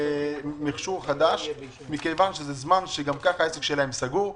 מכשור חדש מכיוון שזה זמן שגם כך העסק שלהם סגור,